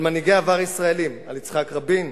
על מנהיגי עבר ישראלים, על יצחק רבין,